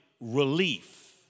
relief